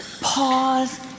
Pause